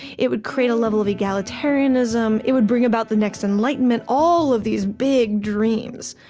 it would create a level of egalitarianism, it would bring about the next enlightenment all of these big dreams.